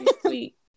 sweet